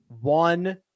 one